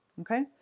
okay